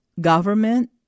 government